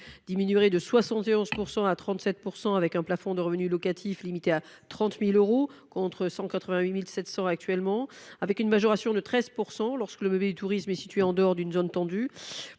diminuerait de 71 % à 37 %, avec un plafond de revenu locatif limité à 30 000 euros, contre 188 700 euros actuellement, avec une majoration de 13 % lorsque le meublé concerné est situé en dehors d’une zone tendue.